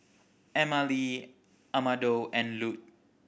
Emmalee Amado and Lute